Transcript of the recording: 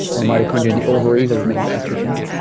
or mitochondria in the ovaries that would make the estrogens.